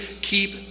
keep